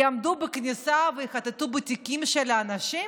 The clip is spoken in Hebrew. יעמדו בכניסה ויחטטו בתיקים של האנשים?